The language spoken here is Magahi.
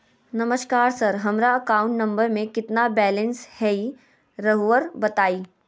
नमस्कार सर हमरा अकाउंट नंबर में कितना बैलेंस हेई राहुर बताई?